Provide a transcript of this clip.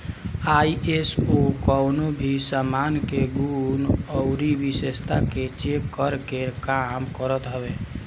ISO कवनो भी सामान के गुण अउरी विशेषता के चेक करे के काम करत हवे